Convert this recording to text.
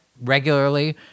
regularly